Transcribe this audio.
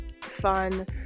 fun